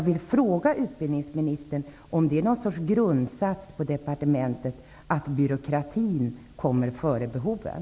Är det någon sorts grundsats på departementet att byråkratin går före behoven?